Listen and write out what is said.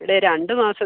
ഡേയ് രണ്ട് മാസം